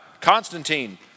Constantine